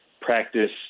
practice